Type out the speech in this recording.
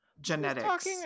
genetics